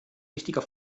wichtiger